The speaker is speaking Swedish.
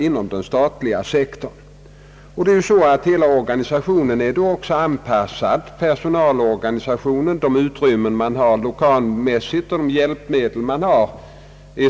Hela personalorganisationen är också anpassad efter de utrymmen och de hjälpmedel som finns.